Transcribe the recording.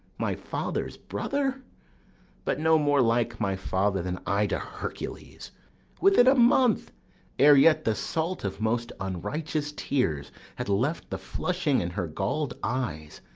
my father's brother but no more like my father than i to hercules within a month ere yet the salt of most unrighteous tears had left the flushing in her galled eyes,